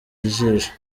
ijisho